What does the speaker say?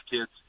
kids